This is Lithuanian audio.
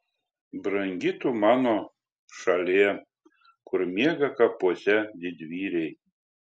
brangi tu mano šalie kur miega kapuose didvyriai